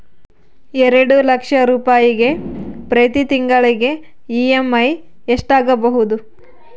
ಎರಡು ಲಕ್ಷ ರೂಪಾಯಿಗೆ ಪ್ರತಿ ತಿಂಗಳಿಗೆ ಇ.ಎಮ್.ಐ ಎಷ್ಟಾಗಬಹುದು?